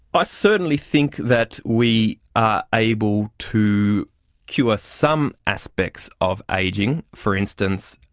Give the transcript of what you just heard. i certainly think that we are able to cure some aspects of ageing. for instance,